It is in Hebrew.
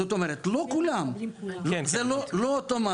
זאת אומרת לא כולם, זה לא אוטומטית.